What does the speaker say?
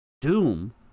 Doom